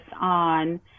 on